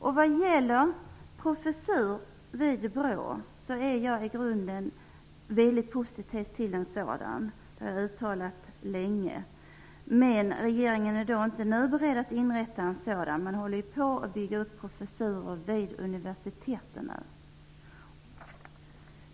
Jag är vidare i grunden mycket positiv till en professur vid BRÅ -- det har jag sedan länge uttalat -- men regeringen är inte nu beredd att inrätta en sådan. Man håller ju på att bygga upp professurer vid universiteten.